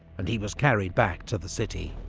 and he was carried back to the city.